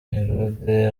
herode